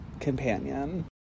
companion